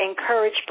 encourage